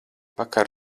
vakar